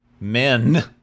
men